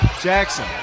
Jackson